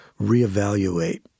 reevaluate